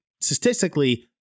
statistically